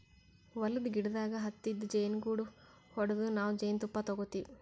ಹೊಲದ್ದ್ ಗಿಡದಾಗ್ ಹತ್ತಿದ್ ಜೇನುಗೂಡು ಹೊಡದು ನಾವ್ ಜೇನ್ತುಪ್ಪ ತಗೋತಿವ್